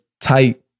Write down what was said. tight